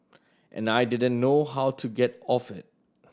and I didn't know how to get off it